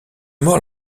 mort